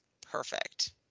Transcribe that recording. perfect